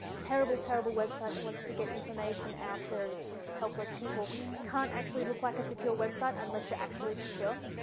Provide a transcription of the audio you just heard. terrible terrible website that wants to get information out of helpless people can't actually look like a secure website unless you're actually secure.